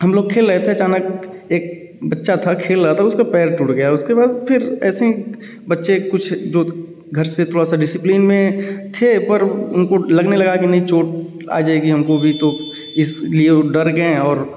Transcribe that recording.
हम लोग खेल रहे थे अचानक एक बच्चा था खेल रहा था उसका पैर टूट गया उसके बाद फिर ऐसे ही बच्चे कुछ जो घर से थोड़ा सा डिसीप्लिन में थे पर उनको लगने लगा कि नहीं चोट आ जाएगी हमको भी तो इसलिए वो डर गए और